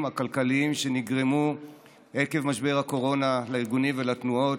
הכלכליים שנגרמו עקב משבר הקורונה לארגונים ולתנועות.